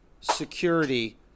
security